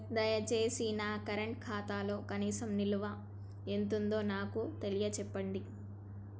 దయచేసి నా కరెంట్ ఖాతాలో కనీస నిల్వ ఎంతుందో నాకు తెలియచెప్పండి